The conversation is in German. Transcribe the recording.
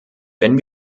wenn